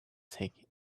take